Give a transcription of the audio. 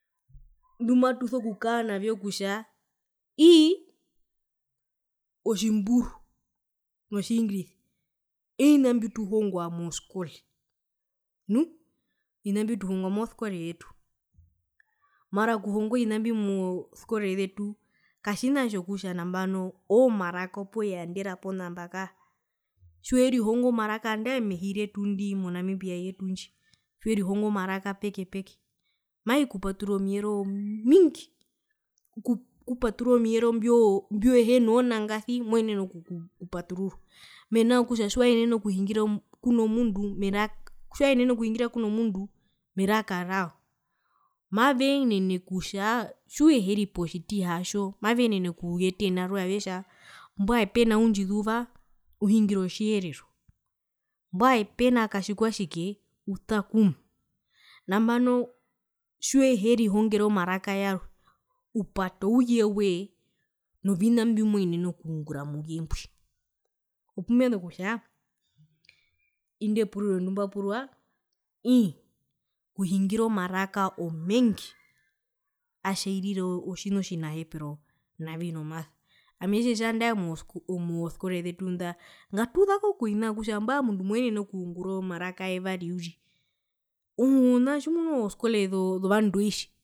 Mbumatuso kukaa nawo kutja ii otjimburu no tjingirisa ovina mbituhongwa moskole nu ovina mbi tuhongwa moskole yetu mara okuhongwa ovina mbi moskole yetu katjina tjokutja nambno oomaraka yandera ponamba kaa tjiwerihongo maraka nandae mehi retu o namibia yetu ndji tjiwerihongo maraka peke peke maikupaturura omiyero omiingi, okukupaturura omiyero mbio mbio nangarasi kona kuyenena okupaturura mena rokutja tjiwaenene okuhingira kuno mundu meraka tjiwaenene okuhingira puna mundu meraka rao maveenene kutjaa tjiuheri potjitiha tjo maveenene okuyeta ena roye avetja mbwae pena undjizuva uhingira otjiherero mbwae pena katji kwatjike utakuma nambano tjiuherihongere omara yarwe upata ouye woye novina mbimoenene okungura mouye mbwi opumezu kutja inde puriro ndimbapurwa ii okuhingira omaraka omeengi atjairira otjina otjinahepero navi nomasa ami etjetja andae moskole mozoskole zetu nda ngatuzeko kovina vyokutja mbwae omundu mwenene okungura omaraka yevari uriri oona tjimuna ozoskole zoo zovandoitji.